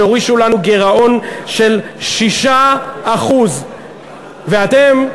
שהורישו לנו גירעון של 6%. ואתם,